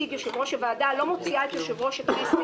שהציג יושב-ראש הוועדה לא מוציאה את יושב-ראש הכנסת,